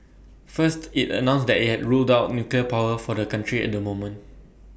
first IT announced that IT had ruled out nuclear power for the country at the moment